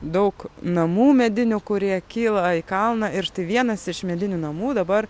daug namų medinių kurie kyla į kalną ir štai vienas iš medinių namų dabar